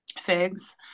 figs